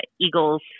Eagles